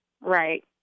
Right